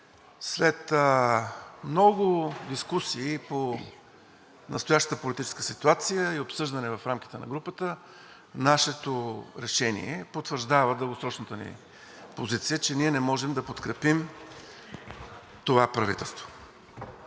След много дискусии по настоящата политическа ситуация и обсъждане в рамките на групата нашето решение потвърждава дългосрочната ни позиция, че ние не можем да подкрепим това правителство